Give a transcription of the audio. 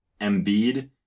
Embiid